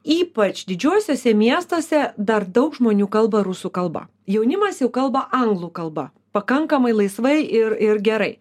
ypač didžiuosiuose miestuose dar daug žmonių kalba rusų kalba jaunimas jau kalba anglų kalba pakankamai laisvai ir ir gerai